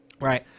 Right